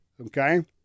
Okay